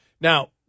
Now